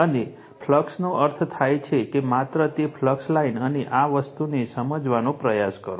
અને ફ્લક્સનો અર્થ થાય છે કે માત્ર તે ફ્લક્સ લાઇન અને આ વસ્તુને સમજવાનો પ્રયાસ કરો